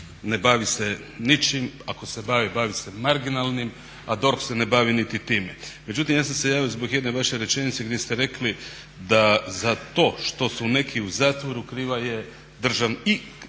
ne bavi se ničim, ako se bavi, bavi se marginalnim, a DORH se ne bavi niti time. Međutim, ja sam se javio zbog jedne vaše rečenice gdje ste rekli da za to što su neki u zatvoru kriva je i Državna